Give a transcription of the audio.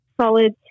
solid